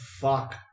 fuck